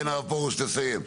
הרב פרוש, תסיים.